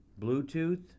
Bluetooth